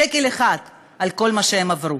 שקל אחד על כל מה שהם עברו.